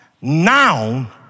Noun